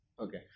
Okay